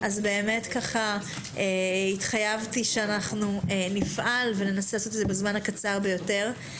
באמת התחייבתי שנפעל וננסה לעשות זאת בזמן הקצר ביותר.